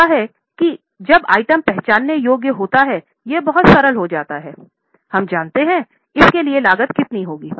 क्या होता है कि जब आइटम पहचानने योग्य होता है यह बहुत सरल हो जाता है हम जानते हैं इसके लिए लागत कितनी है